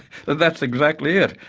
that's exactly it,